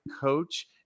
coach